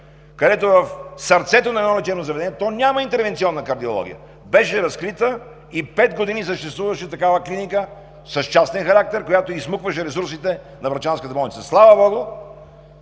където в сърцето на едно лечебно заведение, то няма „Интервенционна кардиология“, беше разкрита и съществуваше пет години такава клиника с частен характер, която изсмукваше ресурсите на врачанската болница. Слава богу,